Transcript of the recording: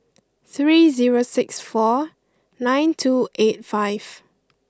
three zero six four nine two eight five